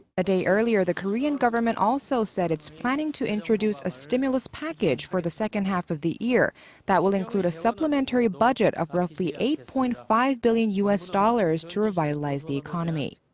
a day eariler, the korean government also said it's planning to introduce a stimulus package for the second half of the year that will include a supplementary budget of roughly eight point five billion u s. dollars to revitalize the economy.